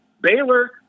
Baylor